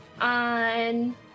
on